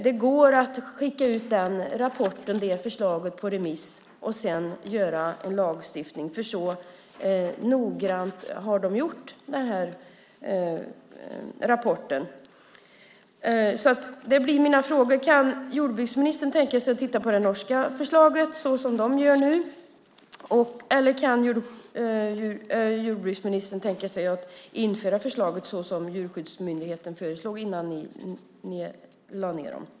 Det går att skicka ut det förslaget på remiss och sedan utforma lagstiftning, för så noggrant har man gjort rapporten. Det blir mina frågor: Kan jordbruksministern tänka sig att titta på det norska förslaget, som de arbetar med nu? Eller kan jordbruksministern tänka sig att införa förslaget som Djurskyddsmyndigheten arbetade fram innan ni lade ned den?